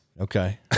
Okay